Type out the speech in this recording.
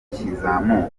bakizamuka